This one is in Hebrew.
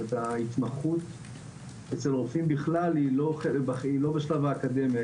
ההתמחות אצל רופאים בכלל היא לא בשלב האקדמיה,